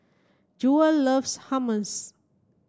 Jewel loves Hummus